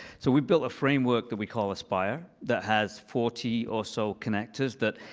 so we built a framework that we call aspire that has forty or so connectors that,